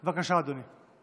בבקשה, אדוני.